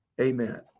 Amen